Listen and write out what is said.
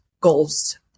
goals